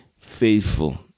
faithful